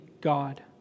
God